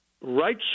right